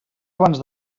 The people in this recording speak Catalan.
abans